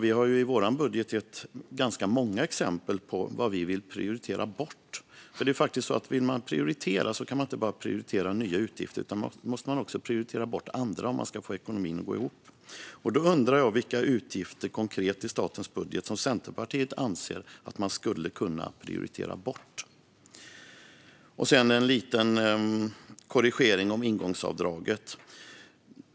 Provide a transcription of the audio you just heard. Vi har i vår budget gett ganska många exempel på vad vi vill prioritera bort. Det är faktiskt så att om man vill prioritera kan man inte bara prioritera nya utgifter, utan man måste också prioritera bort andra om man ska få ekonomin att gå ihop. Då undrar jag vilka konkreta utgifter i statens budget som Centerpartiet anser att man skulle kunna prioritera bort. Jag vill göra en liten korrigering om ingångsavdraget.